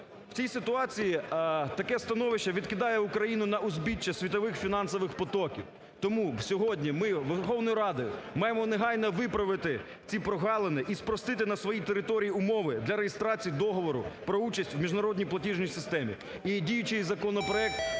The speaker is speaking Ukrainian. У цій ситуації таке становище відкидає Україну на узбіччя світових фінансових потоків. Тому сьогодні ми Верховною Радою маємо негайно виправити ці прогалини і спростити на своїй території умови для реєстрації договору про участь в міжнародній платіжній системі. І діючий законопроект